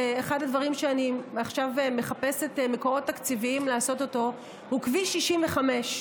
אחד הדברים שאני מחפשת עכשיו מקורות תקציביים לעשות אותו הוא כביש 65,